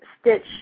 stitch